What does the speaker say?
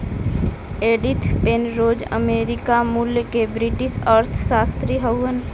Edith Penrose America मूल के British अर्थशास्त्री हउवन